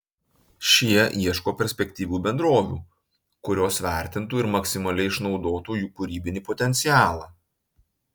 šie ieško perspektyvių bendrovių kurios vertintų ir maksimaliai išnaudotų jų kūrybinį potencialą